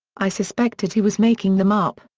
i suspected he was making them up,